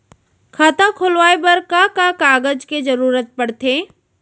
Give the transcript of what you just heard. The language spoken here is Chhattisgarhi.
खाता खोलवाये बर का का कागज के जरूरत पड़थे?